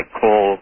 call